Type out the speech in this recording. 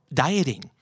dieting